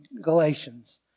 Galatians